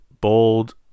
bold